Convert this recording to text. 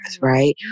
right